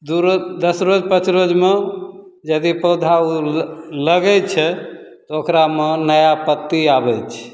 दू रोज दस रोज पाँच रोजमे यदि पौधा ओ लगै छै तऽ ओकरामे नया पत्ती आबै छै